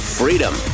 freedom